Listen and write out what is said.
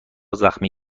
زخمی